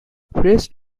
raised